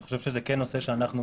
אני חושב שזה נושא שאנחנו,